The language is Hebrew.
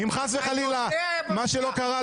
אם חס וחלילה מה שלא קרה,